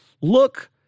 look